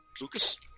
Lucas